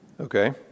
okay